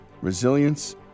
resilience